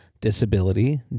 Disability